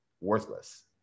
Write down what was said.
worthless